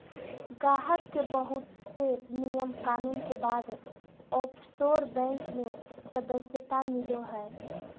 गाहक के बहुत से नियम कानून के बाद ओफशोर बैंक मे सदस्यता मिलो हय